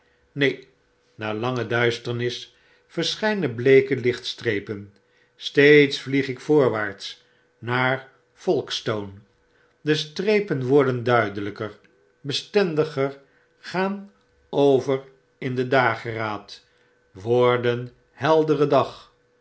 neen na lange duisternis verschijnen bleeke lichtstrepen steeds vliegik voorwaarts naar folkestone destrepenworden duidelyker bestendiger gaan over in den dageraad worden heldere dag